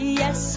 yes